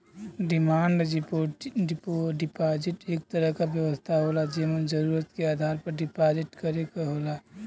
demand deposit एक तरह क व्यवस्था होला जेमन जरुरत के आधार पर डिपाजिट करे क होला